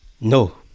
No